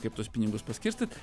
kaip tuos pinigus paskirstyt